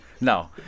no